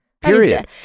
period